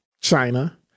China